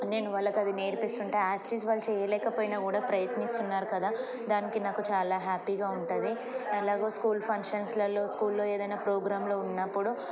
నేను వాళ్ళకి అది నేర్పిస్తుంటా యాస్ ఇట్ ఈస్ వాళ్ళు చేయలేకపోయినా కూడా ప్రయత్నిస్తున్నారు కదా దానికి నాకు చాలా హ్యాపీగా ఉంటుంది అలాగో స్కూల్ ఫంక్షన్స్లలోలో స్కూల్లో ఏదైనా ప్రోగ్రామ్ంలో ఉన్నప్పుడు